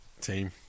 Team